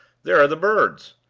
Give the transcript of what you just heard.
there are the birds.